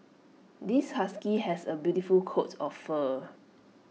this husky has A beautiful coat of fur